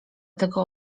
tego